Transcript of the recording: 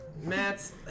Matt